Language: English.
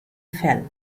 fell